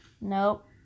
Nope